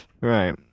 Right